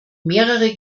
mehrere